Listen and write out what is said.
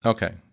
Okay